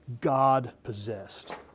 God-possessed